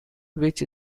which